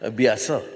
biasa